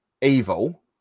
evil